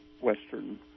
Western